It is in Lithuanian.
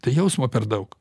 tai jausmo per daug